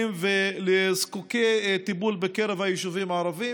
ולנזקקים לטיפול ביישובים הערביים.